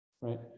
right